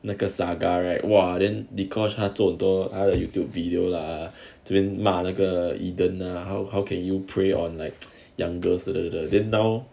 那个 saga right !wah! then dee kosh 他做很多 youtube video lah then 骂那个 eden or how how can you prey on like younger students then now